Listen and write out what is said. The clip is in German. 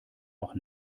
auch